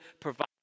provide